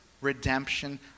redemption